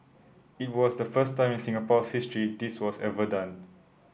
it was the first time in Singapore's history this was ever done